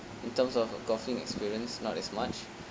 in terms of golfing experience not as much